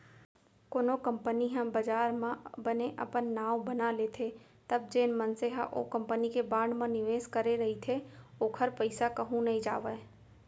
कोनो कंपनी ह बजार म बने अपन नांव बना लेथे तब जेन मनसे ह ओ कंपनी के बांड म निवेस करे रहिथे ओखर पइसा कहूँ नइ जावय